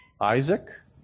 Isaac